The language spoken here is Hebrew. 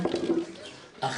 איך